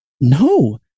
no